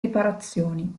riparazioni